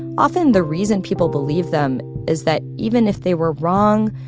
often the reason people believed them is that even if they were wrong,